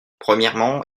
premièrement